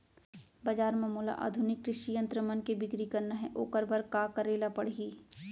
बजार म मोला आधुनिक कृषि यंत्र मन के बिक्री करना हे ओखर बर का करे ल पड़ही?